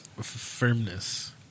firmness